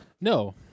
No